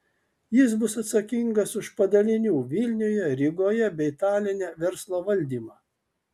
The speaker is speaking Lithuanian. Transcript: jis bus atsakingas už padalinių vilniuje rygoje bei taline verslo valdymą